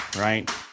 right